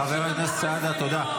חבר הכנסת סעדה, תודה.